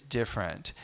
different